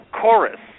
chorus